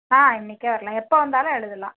ஆ இன்றைக்கே வரலாம் எப்போ வந்தாலும் எழுதலாம்